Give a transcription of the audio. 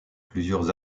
plusieurs